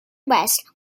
west